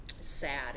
sad